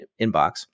inbox